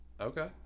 Okay